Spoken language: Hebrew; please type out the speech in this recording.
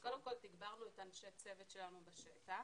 אז קודם כל תגברנו את אנשי הצוות שלנו בשטח,